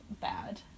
bad